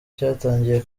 cyatangiye